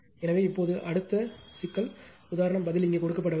எனவே இப்போது அடுத்த சிக்கல் உதாரணம் பதில் இங்கே கொடுக்கப்படவில்லை